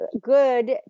good